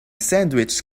sandwich